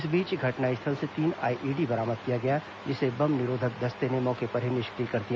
इस बीच घटनास्थल से तीन आईईडी बरामद किया गया जिसे बम निरोधक दस्ते ने मौके पर ही निष्क्रिय कर दिया